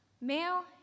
Male